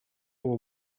over